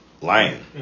lion